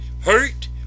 hurt